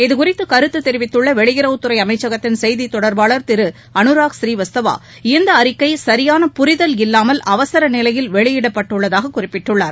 இதுகுறித்து கருத்து தெரிவித்துள்ள வெளியுறவுத்துறை அமைச்சகத்தின் செய்தி தொடர்பாளர் திரு இந்த அறிக்கை சரியான புரிதல் இல்லாமல் நிலையில் அனுராக் அவசர வெளியிடப்பட்டுள்ளதாக குறிப்பிட்டுள்ளார்